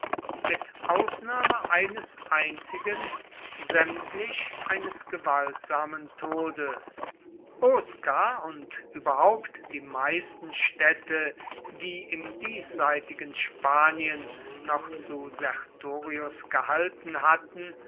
mit ausnahme eines einzigen sämtlich eines gewaltsamen todes osca und überhaupt die meisten städte die im diesseitigen spanien noch zu sertorius gehalten hatten